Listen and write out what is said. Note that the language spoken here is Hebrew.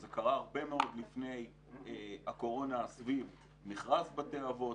זה קרה הרבה מאוד לפני הקורונה סביב מכרז בתי האבות,